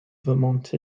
vermont